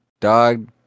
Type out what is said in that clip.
Dog